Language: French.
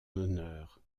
honneur